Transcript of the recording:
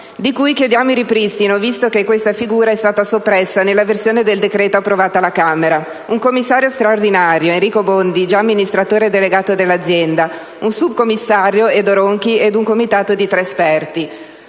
di cui chiediamo il ripristino, visto che questa figura è stata soppressa nella versione del decreto approvata alla Camera, un commissario straordinario (Enrico Bondi, già amministratore delegato dell'azienda), un sub-commissario (Edo Ronchi) ed un comitato di tre esperti.